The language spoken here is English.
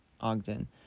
Ogden